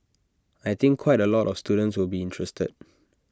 I think quite A lot of students will be interested